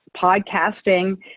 podcasting